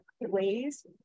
ways